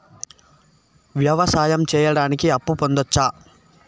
వ్యవసాయం సేయడానికి అప్పు పొందొచ్చా?